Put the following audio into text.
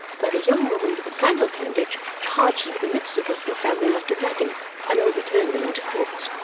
where the young woman with the flannel bandage charged into the midst of the little family like a dragon and overturned them into cribs.